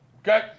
okay